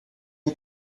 the